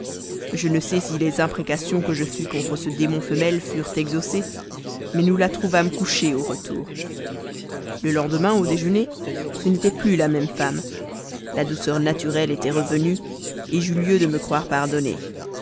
je ne sais si les imprécations que je fis contre ce démon femelle furent exaucées mais nous la trouvâmes couchée au retour le lendemain au déjeûner ce n'était plus la même femme la douceur naturelle était revenue j'eus lieu de me croire pardonné